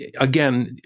again